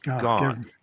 Gone